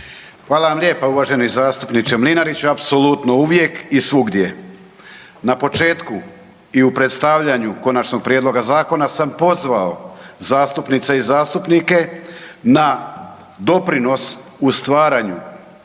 Hvala vam lijepo uvaženi zastupniče Mlinarić. Apsolutno uvijek i svugdje, na početku i predstavljanju Konačnog prijedloga zakona sam pozvao zastupnice i zastupnike na doprinos u stvaranju